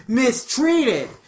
mistreated